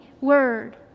word